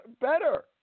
better